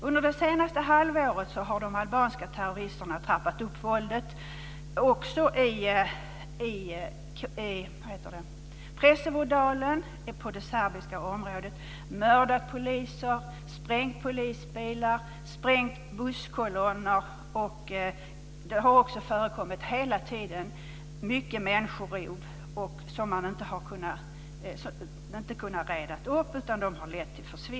Under det senaste halvåret har de albanska terroristerna trappat upp våldet i Presevodalen i det serbiska området, mördat poliser, sprängt polisbilar, sprängt busskolonner. Det har hela tiden förekommit många människorov, vilket har lett till försvinnanden som inte har retts upp.